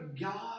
God